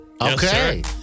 Okay